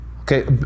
okay